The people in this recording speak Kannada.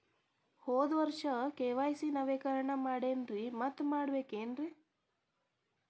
ಹೋದ ವರ್ಷ ಕೆ.ವೈ.ಸಿ ನವೇಕರಣ ಮಾಡೇನ್ರಿ ಮತ್ತ ಮಾಡ್ಬೇಕೇನ್ರಿ?